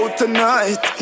tonight